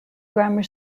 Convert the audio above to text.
grammar